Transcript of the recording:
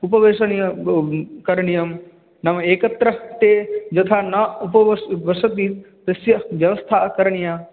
उपवेशणीयं भवति करणीयं नाम एकत्र ते यथा न उपवस् वसति तस्य व्यवस्था करणीया